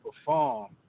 perform